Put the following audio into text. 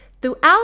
Throughout